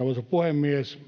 Arvoisa puhemies!